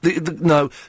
no